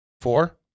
Four